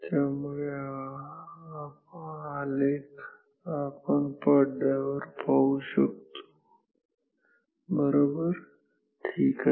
त्यामुळे आलेख आपण पडद्यावर पाहू शकतो बरोबर ठीक आहे